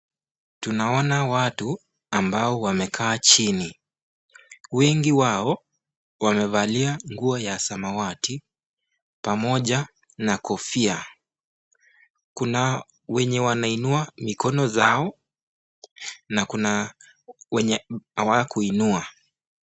Tunaona watu ambao wamekaa chini, wengi wao wamevalia nguo ya samawati pamoja na kofia. Kuna wenye wanainua mikono zao na kuna wenye hawakuinua.